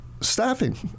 staffing